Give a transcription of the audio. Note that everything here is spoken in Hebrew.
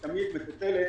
תודה.